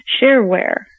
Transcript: shareware